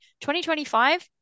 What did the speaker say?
2025